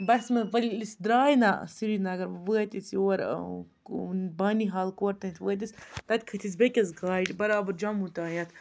بَسہِ منٛز وۄنۍ ییٚلہِ أسۍ درٛاے نہ سرینگر وٲتۍ أسۍ یور بانِہال کورتانٮ۪تھ وٲتۍ أسۍ تَتہِ کھٔتۍ أسۍ بیٚکِس گاڑِ برابر جموں تانٮ۪تھ